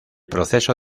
proceso